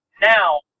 now